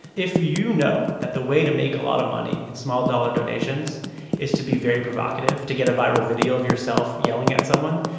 if you know that the way to make a lot of money in small-dollar donations is to be very provocative, to get a viral video of yourself yelling at someone,